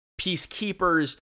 peacekeepers